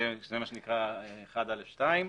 זה מה שנקרא 1 על 2,